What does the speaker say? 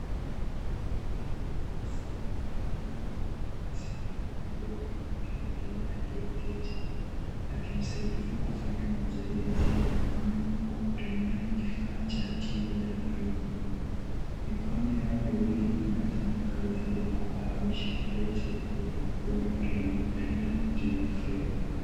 Mwanamke alaiyevaa sare ya rangi ya bluu amesimama pale, mwanamke mwingine aliyeketi akimsaidia kufanya mazoezi ya mikono kwa kutumia kifaa cha tiba ya viungo, mikono hio miwili inafanya kazi kuhamishapete kwenye bomba lililo pinda juu ya fremu.